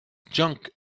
junk